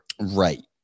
Right